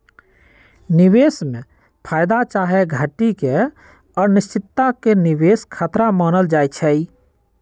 निवेश में फयदा चाहे घटि के अनिश्चितता के निवेश खतरा मानल जाइ छइ